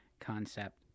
concept